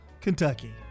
Kentucky